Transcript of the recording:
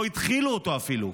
לא התחילו אותו אפילו.